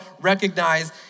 recognize